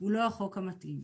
הוא לא החוק המתאים.